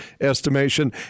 estimation